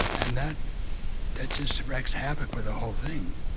and that that just wrecks havoc with the whole thing.